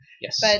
Yes